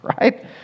right